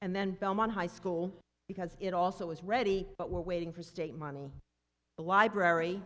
and then belmont high school because it also is ready but we're waiting for state money the library